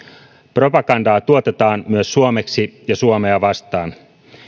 propagandaa tuotetaan myös suomeksi ja suomea vastaan